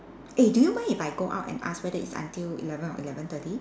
eh do you mind if I go out and ask whether it's until eleven or eleven thirty